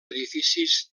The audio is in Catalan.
edificis